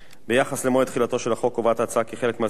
ביחס למועד תחילתו של החוק קובעת ההצעה כי חלק מהסעיפים,